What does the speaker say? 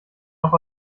noch